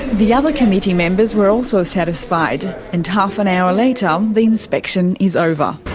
the other committee members were also satisfied, and half an hour later the inspection is over.